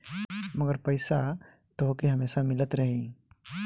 मगर पईसा तोहके हमेसा मिलत रही